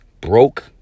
Broke